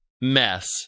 mess